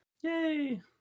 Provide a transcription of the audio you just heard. Yay